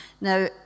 Now